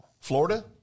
Florida